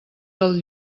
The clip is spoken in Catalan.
del